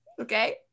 Okay